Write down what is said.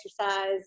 exercise